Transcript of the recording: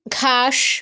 ঘাস